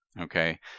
Okay